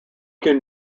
can